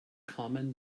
common